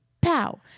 pow